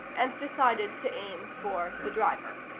and decided to aim for the driver.